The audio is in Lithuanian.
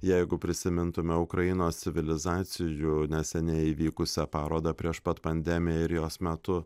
jeigu prisimintume ukrainos civilizacijų neseniai įvykusią parodą prieš pat pandemiją ir jos metu